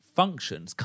functions